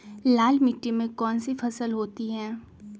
लाल मिट्टी में कौन सी फसल होती हैं?